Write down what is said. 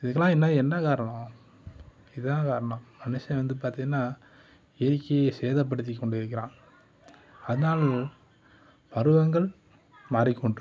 இதுக்கெலாம் என்ன என்ன காரணம் இதான் காரணம் மனுஷன் வந்து பார்த்திங்கன்னா இயற்கையை சேதப்படுத்தி கொண்டு இருக்கிறான் அதனால் பருவங்கள் மாறிக் கொண்ட்டுருக்குது